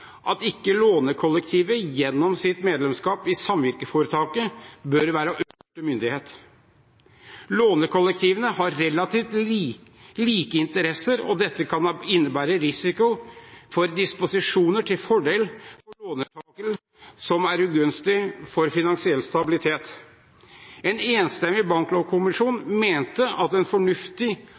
at lånekollektivet gjennom sitt medlemskap i samvirkeforetaket ikke bør være øverste myndighet. Lånekollektivene har relativt like interesser, og det kan innebære risiko for disposisjoner til fordel for låntaker som er ugunstige for finansiell stabilitet. En enstemmig banklovkommisjon mente at en fornuftig